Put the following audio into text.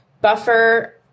Buffer